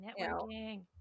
Networking